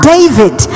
David